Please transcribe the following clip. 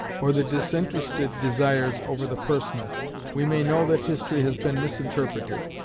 or the disinterested desires over the personal we may know that history has been misinterpreted,